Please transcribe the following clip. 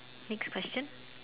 fix question